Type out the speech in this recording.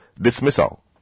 dismissal